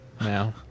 now